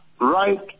right